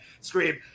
scream